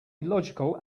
illogical